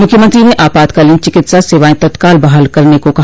मुख्यमंत्री ने आपातकालीन चिकित्सा सेवाएं तत्काल बहाल करने को कहा